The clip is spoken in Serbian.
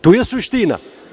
To je suština.